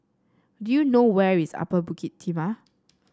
do you know where is Upper Bukit Timah